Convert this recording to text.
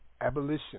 Abolition